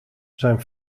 zijn